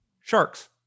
Sharks